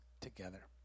together